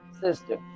sister